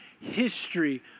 history